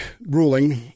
ruling